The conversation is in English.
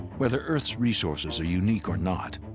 whether earth's resources are unique or not,